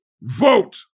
vote